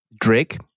Drake